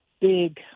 big